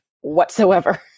whatsoever